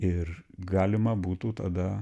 ir galima būtų tada